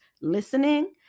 listening